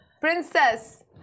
Princess